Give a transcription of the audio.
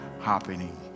happening